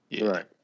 Right